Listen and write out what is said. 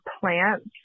plants